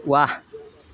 ৱাহ